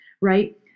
right